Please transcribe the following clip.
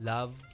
Love